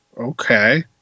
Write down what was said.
Okay